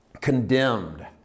condemned